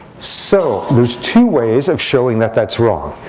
so there's two ways of showing that that's wrong.